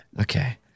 Okay